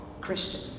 Christian